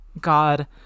god